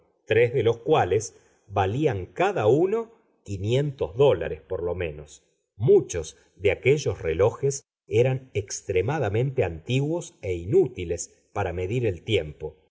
tres de los cuales valían cada uno quinientos dólares por lo menos muchos de aquellos relojes eran extremadamente antiguos e inútiles para medir el tiempo